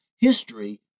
history